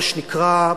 מה שנקרא,